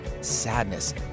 sadness